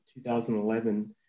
2011